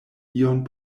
ion